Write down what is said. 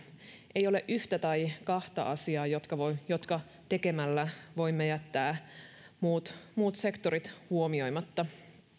ei ole yhtä tai kahta asiaa jotka tekemällä voimme jättää muut muut sektorit huomioimatta